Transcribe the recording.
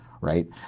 right